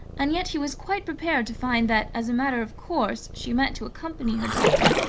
and yet he was quite prepared to find that, as a matter of course, she meant to accompany her daughter.